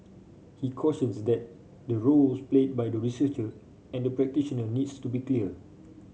he cautions that the roles played by the researcher and the practitioner needs to be clear